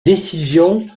décision